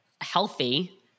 healthy